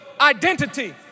identity